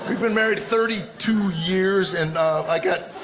we've been married thirty two years, and i got.